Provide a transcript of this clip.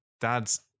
Dad's